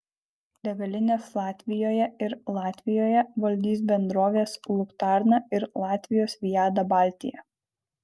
degalinės latvijoje ir latvijoje valdys bendrovės luktarna ir latvijos viada baltija